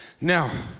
Now